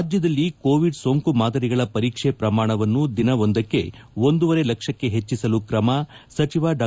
ರಾಜ್ಯದಲ್ಲಿ ಕೋವಿಡ್ ಸೋಂಕು ಮಾದರಿಗಳ ಪರೀಕ್ಷೆ ಪ್ರಮಾಣವನ್ನು ದಿನವೊಂದಕ್ಕೆ ಒಂದೂವರೆ ಲಕ್ಷಕ್ಕೆ ಹೆಚ್ಚಿಸಲು ಕ್ರಮ ಸಚಿವ ಡಾ